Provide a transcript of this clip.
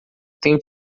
tenho